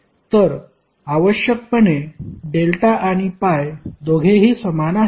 तर आवश्यकपणे डेल्टा आणि पाय दोघेही समान आहेत